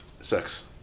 sex